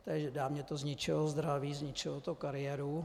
Té dámě to zničilo zdraví, zničilo to kariéru.